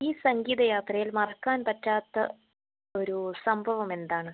ഈ സംഗീത യാത്രയിൽ മറക്കാൻ പറ്റാത്ത ഒരു സംഭവമെന്താണ്